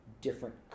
different